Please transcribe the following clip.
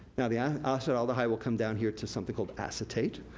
now the ah ah acetaldehyde will come down here to something called acetate.